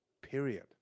Period